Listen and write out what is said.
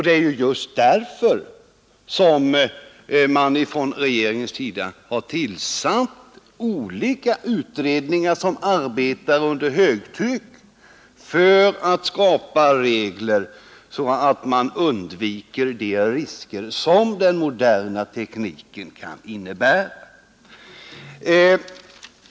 Det är just därför som regeringen har tillsatt olika utredningar som arbetar under högtryck för att skapa regler för att undvika de risker som den moderna datatekniken kan innebära.